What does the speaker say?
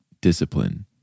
discipline